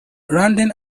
rounding